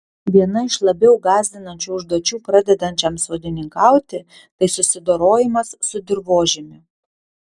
viena iš labiau gąsdinančių užduočių pradedančiam sodininkauti tai susidorojimas su dirvožemiu